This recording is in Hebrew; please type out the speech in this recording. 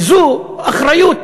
וזו אחריות